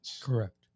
Correct